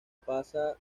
pasa